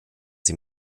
sie